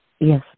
Yes